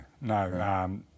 no